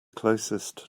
closest